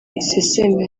iseseme